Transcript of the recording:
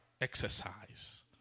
exercise